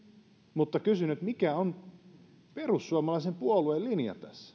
mutta kysyn mikä on perussuomalaisen puolueen linja tässä